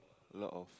a lot of